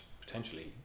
potentially